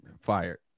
Fired